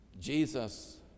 Jesus